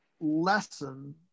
lesson